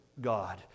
God